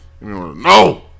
No